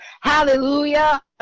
Hallelujah